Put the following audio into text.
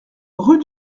rue